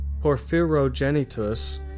Porphyrogenitus